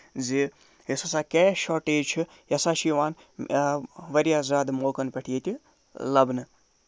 زِ یۄس ہسا کیش شاٹٮ۪ج چھِ یہِ سا چھُ یِوان واریاہ زیادٕ موقعن پٮ۪ٹھ تہِ ییٚتہِ لَبنہٕ